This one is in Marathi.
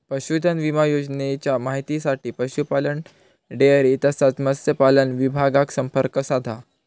पशुधन विमा योजनेच्या माहितीसाठी पशुपालन, डेअरी तसाच मत्स्यपालन विभागाक संपर्क साधा